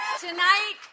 Tonight